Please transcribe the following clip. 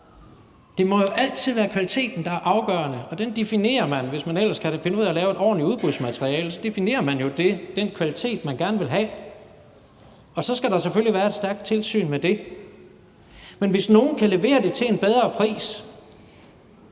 Det må altid være kvaliteten, der er afgørende, og så definerer man jo – hvis man ellers kan finde ud af at lave et ordentligt udbudsmateriale – den kvalitet, man gerne vil have, og så skal der selvfølgelig være et stærkt tilsyn med det. Men hvis nogen kan levere det til en bedre pris